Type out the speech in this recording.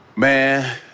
Man